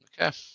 Okay